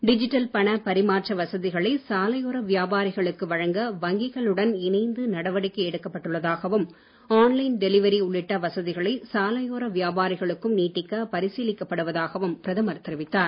digital பணப் பரிமாற்ற வசதிகளை வழங்க வங்கிகளுடன் இணைந்து நடவடிக்கை எடுக்கப்பட்டுள்ளதாகவும் ஆன் லைன் டெலிவரி உள்ளிட்ட வசதிகளை சாலையோர வியாபாரிகளுக்கும் நீட்டிக்க பரிசீலிக்கப்படுவதாகவும் பிரதமர் தெரிவித்தார்